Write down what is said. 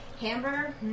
Hamburger